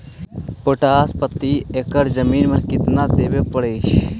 Potash प्रति एकड़ जमीन में केतना देबे पड़तै?